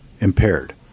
Impaired